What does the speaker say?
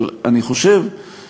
אבל אני חושב,